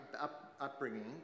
upbringing